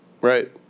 right